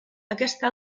aquesta